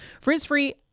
Frizz-free